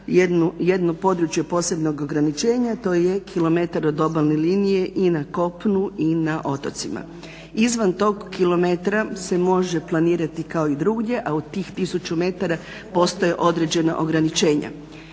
jedno područje posebnog ograničenja to je kilometar od obalne linije i na kopunu i na otocima. Izvan tog kilometra se može planirati kao i drugdje a od tih tisuću metara postoje određena ograničenja.